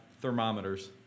thermometers